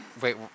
Wait